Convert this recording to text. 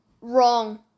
Wrong